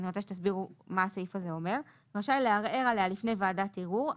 רשאי לערער עליה לפני ועדת ערעור.